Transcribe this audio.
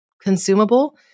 consumable